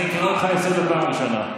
אני קורא אותך לסדר פעם ראשונה.